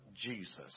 Jesus